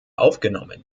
aufgenommen